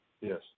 Yes